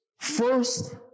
First